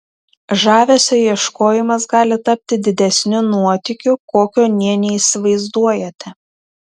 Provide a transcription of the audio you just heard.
žavesio ieškojimas gali tapti didesniu nuotykiu kokio nė neįsivaizduojate